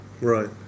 Right